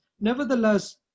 nevertheless